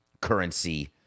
currency